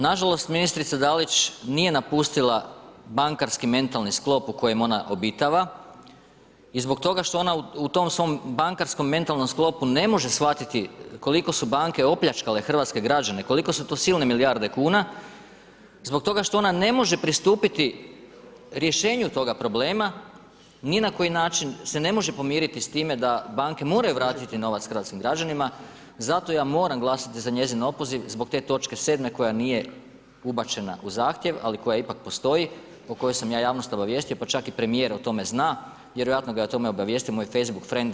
Nažalost ministrica Dalić nije napustila bankarski mentalni sklop u kojem ona obitava i zbog toga što ona u tom svom bankarskom mentalnom sklopu ne može shvatiti koliko su banke opljačkale hrvatske građane, kolike su to silne milijarde kuna, zbog toga što ona ne može pristupiti rješenju toga problema, ni na koji način se ne može pomiriti s time da banke moraju vratiti novac hrvatskim građanima, zato ja moram glasati za njezin opoziv zbog te točke 7. koja nije ubačena u zahtjev, ali koja ipak postoji, o kojoj sam ja javnost obavijestio pa čak i premijer o tome zna, vjerojatno ga je o tome obavijestio moj Facebook frend macan.